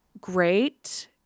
Great